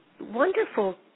wonderful